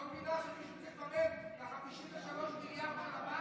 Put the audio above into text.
את לא מבינה שמישהו צריך לממן 53 מיליארד לחמאס?